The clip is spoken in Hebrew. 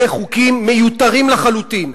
אלה חוקים מיותרים לחלוטין.